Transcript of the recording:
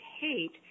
hate